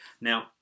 Now